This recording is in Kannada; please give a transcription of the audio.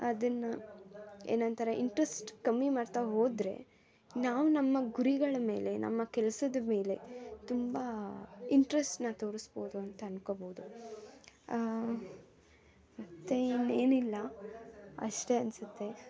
ಅದನ್ನು ಏನಂತಾರೆ ಇಂಟ್ರೆಸ್ಟ್ ಕಮ್ಮಿ ಮಾಡ್ತಾ ಹೋದರೆ ನಾವು ನಮ್ಮ ಗುರಿಗಳ ಮೇಲೆ ನಮ್ಮ ಕೆಲ್ಸದ ಮೇಲೆ ತುಂಬ ಇಂಟ್ರೆಸ್ಟ್ನ ತೋರಿಸ್ಬೋದು ಅಂತ ಅಂದ್ಕೊಳ್ಬೋದು ಮತ್ತೆ ಇನ್ನೇನಿಲ್ಲ ಅಷ್ಟೇ ಅನ್ನಿಸುತ್ತೆ